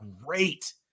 great